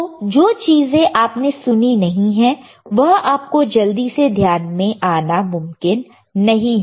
तो जो चीज आपने सुनी नहीं है वह आपको जल्दी से ध्यान में आना मुमकिन नहीं है